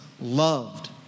loved